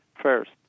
first